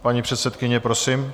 Paní předsedkyně, prosím.